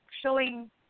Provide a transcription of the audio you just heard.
showing